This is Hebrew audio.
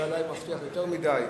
אלא אולי הוא מבטיח יותר מדי.